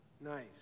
Nice